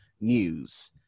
news